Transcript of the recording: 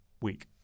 week